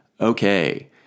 okay